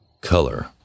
color